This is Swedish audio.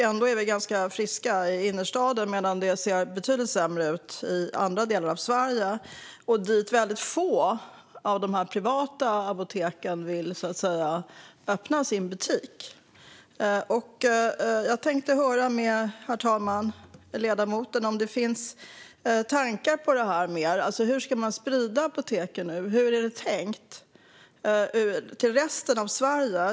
Ändå är vi ganska friska i innerstaden medan det ser betydligt sämre ut i andra delar av Sverige där väldigt få av de privata apoteken vill öppna sin butik. Herr talman! Jag tänkte höra med ledamoten om det finns mer tankar om detta. Hur ska man sprida apoteken till resten av Sverige? Hur är det tänkt?